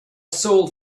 sold